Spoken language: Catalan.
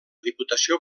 diputació